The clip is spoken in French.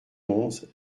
onze